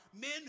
men